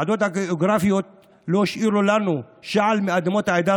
ועדות גיאוגרפיות לא השאירו לנו שעל מאדמות העדה